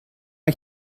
mae